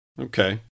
Okay